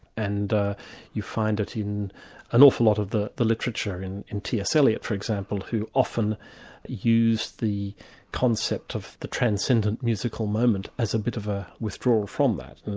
and you find it in an awful lot of the the literature in in t. s. eliot, for example, who often used the concept of the transcendent musical moment as a bit of a withdrawal from that.